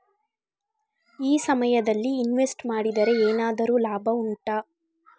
ಈ ಸಮಯದಲ್ಲಿ ಇನ್ವೆಸ್ಟ್ ಮಾಡಿದರೆ ಏನಾದರೂ ಲಾಭ ಉಂಟಾ